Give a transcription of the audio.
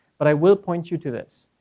but i will point you to this.